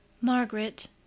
Margaret